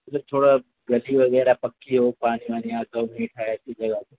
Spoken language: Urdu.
مطلب تھوڑا گلی وغیرہ پکی ہو پانی وانی آتا ہو